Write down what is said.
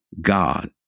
God